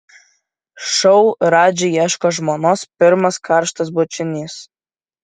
šou radži ieško žmonos pirmas karštas bučinys